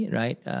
right